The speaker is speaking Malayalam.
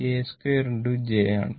j ആണ്